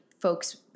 folks